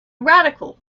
radical